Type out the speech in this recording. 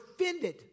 offended